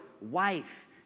wife